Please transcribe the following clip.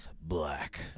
Black